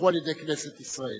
שנשלחו על-ידי כנסת ישראל.